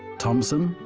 thompson,